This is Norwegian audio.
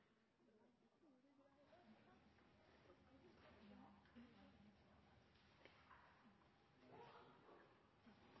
at vi har